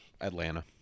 Atlanta